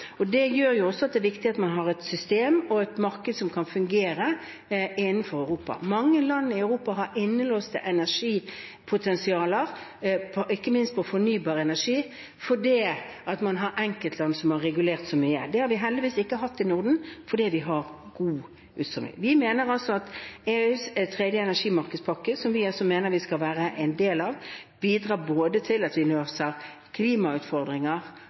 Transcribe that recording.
Det gjør også at det er viktig at man har et system og et marked som kan fungere innenfor Europa. Mange land i Europa har et innelåst energipotensial, ikke minst på fornybar energi, fordi man har enkeltland som har regulert så mye. Det har vi heldigvis ikke hatt i Norden, fordi vi har god utveksling. Vi mener altså at EUs tredje energimarkedspakke, som vi mener vi skal være en del av, bidrar til at vi både løser klimautfordringer